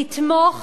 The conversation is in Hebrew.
לתמוך